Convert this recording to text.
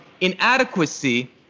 inadequacy